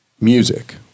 music